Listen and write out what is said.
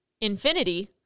infinity